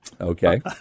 Okay